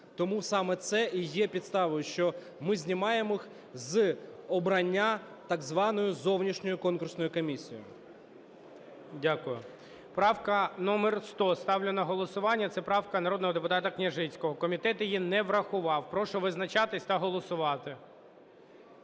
Тому саме це і є підставою, що ми знімаємо їх з обрання так званою зовнішньою конкурсною комісією. ГОЛОВУЮЧИЙ. Дякую. Правка номер 100, ставлю на голосування. Це правка народного депутата Княжицького. Комітет її не врахував. Прошу визначатись та голосувати.